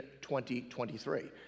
2023